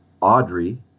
Audrey